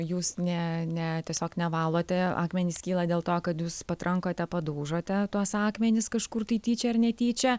jūs ne ne tiesiog nevalote akmenys skyla dėl to kad jūs patrankote padaužote tuos akmenis kažkur tai tyčia ar netyčia